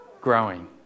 growing